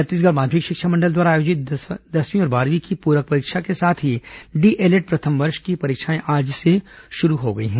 छत्तीसगढ़ माध्यमिक शिक्षा मंडल द्वारा आयोजित कक्षा दसवीं और बारहवीं की पूरक परीक्षा के साथ ही डीएलएड प्रथम वर्ष की परीक्षाएं आज से शुरू हो गई हैं